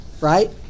right